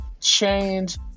change